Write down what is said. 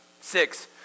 six